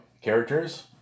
characters